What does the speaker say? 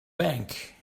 bank